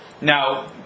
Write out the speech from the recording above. Now